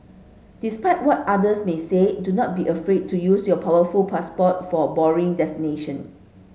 despite what others may say do not be afraid to use your powerful passport for boring destination